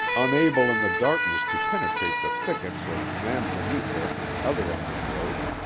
unable in the darkness to penetrate the thickets of manzanita and other undergrowth,